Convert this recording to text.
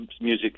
music